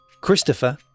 Christopher